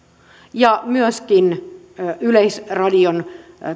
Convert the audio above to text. ja myöskin tähän yleisradion